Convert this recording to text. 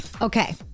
Okay